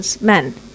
men